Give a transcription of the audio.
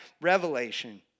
revelation